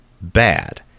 bad